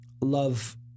love